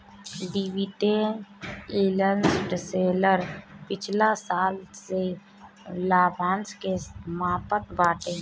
dividend yield share पिछला साल के लाभांश के मापत बाटे